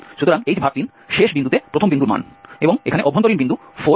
সুতরাং h3 শেষ বিন্দুতে প্রথম বিন্দুর মান এবং এখানে অভ্যন্তরীণ বিন্দু 4f